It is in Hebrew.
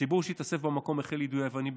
הציבור שהתאסף במקום החל ביידוי אבנים,